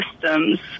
systems